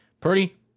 Purdy